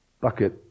bucket